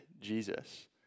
Jesus